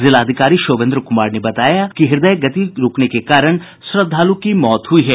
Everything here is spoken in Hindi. जिलाधिकारी शोभेन्द्र कुमार ने बताया कि हृदय गति रूकने के कारण श्रद्धालु की मौत हुई है